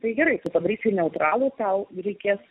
tai gerai padarysiu neutralų tau reikės